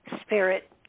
spirit